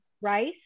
rice